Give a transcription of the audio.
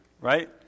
right